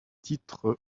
titres